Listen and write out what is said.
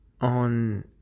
on